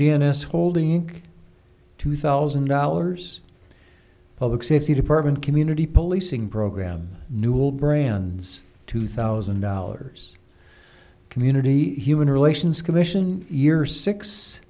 s holding two thousand dollars public safety department community policing program newell brand's two thousand dollars community human relations commission years six